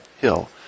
hill